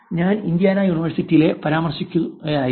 ഞാൻ ഇന്ത്യാന യൂണിവേഴ്സിറ്റിയെ പരാമർശിക്കുകയായിരുന്നു